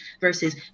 versus